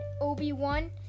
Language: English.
Obi-Wan